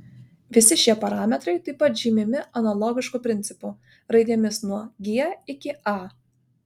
visi šie parametrai taip pat žymimi analogišku principu raidėmis nuo g iki a